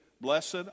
Blessed